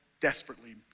desperately